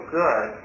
good